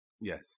yes